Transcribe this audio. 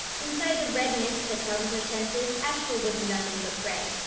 inside the red mist that clouded her senses, ashfur was nothing but prey,